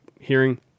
hearing